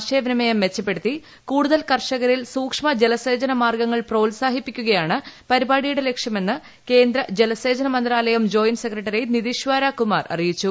ആശയവിനിമയം മെച്ചപ്പെട്ടുത്തി കൂടുതൽ കർഷകരിൽ സൂക്ഷ്മ ജലസേചന മാർഗ്ഗങ്ങൾ പ്രോത്സാഹിപ്പിക്കുകയാണ് പരിപാടിയുടെ ലക്ഷ്യമെന്ന് കേന്ദ്ര ജലസേന മന്ത്രാലയം ജോയിന്റ് സെക്രട്ടറി നിതിഷാര കുമാർ അറിയിച്ചു